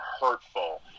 hurtful